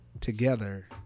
together